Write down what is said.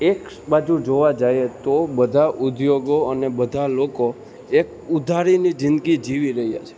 એક બાજુ જોવા જઈએ તો બધા ઉદ્યોગો અને બધા લોકો એક ઉધારીની જિંદગી જીવી રહ્યા છે